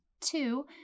Two